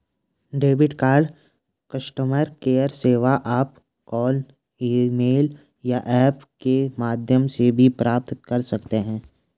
debit card customer care सेवा आप call email या ऐप के माध्यम से भी प्राप्त कर सकते हैं